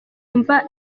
mva